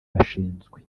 bashinzwe